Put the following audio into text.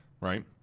right